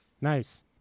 Nice